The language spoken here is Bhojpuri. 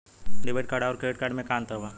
डेबिट कार्ड आउर क्रेडिट कार्ड मे का अंतर बा?